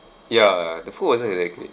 ya the food wasn't exactly